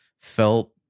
felt